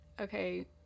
okay